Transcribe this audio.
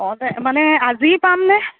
অ মানে আজিয়ে পামনে